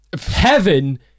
Heaven